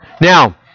Now